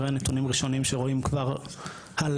הראה נתונים ראשונים שרואים כבר על